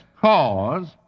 cause